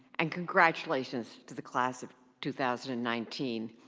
and congratulations to the class of two thousand and nineteen.